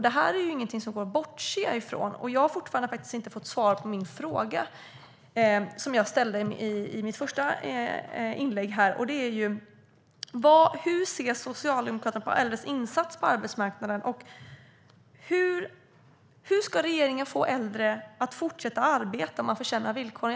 Det här är inget som det går att bortse från. Och jag har fortfarande inte fått svar på min fråga som jag ställde i min första replik: Hur ser Socialdemokraterna på äldres insats på arbetsmarknaden? Hur ska regeringen få äldre att fortsätta arbeta om man försämrar villkoren?